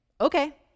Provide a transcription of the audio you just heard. okay